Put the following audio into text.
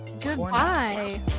goodbye